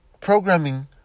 programming